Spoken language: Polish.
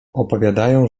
opowiadają